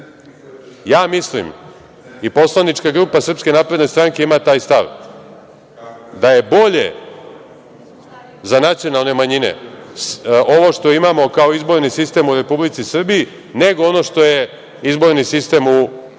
ja mislim i poslanička grupa SNS ima taj stav da je bolje za nacionalne manjine ovo što imamo kao izborni sistem u Republici Srbiji, nego ono što je izborni sistem u Republici